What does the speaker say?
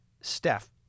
Steph